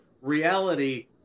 reality